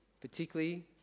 particularly